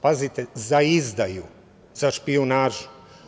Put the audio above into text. Pazite za izdaju, za špijunažu.